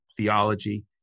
theology